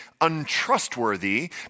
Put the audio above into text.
untrustworthy